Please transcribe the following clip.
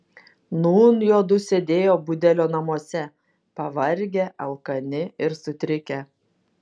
nūn juodu sėdėjo budelio namuose pavargę alkani ir sutrikę